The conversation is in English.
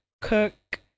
cook